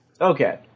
Okay